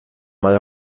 mal